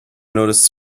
noticed